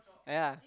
ya